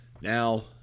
Now